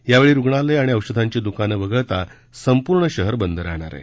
यावेळी रुग्णालय आणि औषधांची दुकानं वगळता संपूर्ण शहर बंद राहणार आहे